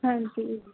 ਹਾਂਜੀ